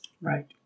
Right